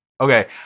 Okay